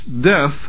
death